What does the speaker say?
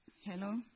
Hello